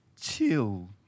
chill